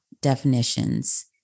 definitions